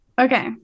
Okay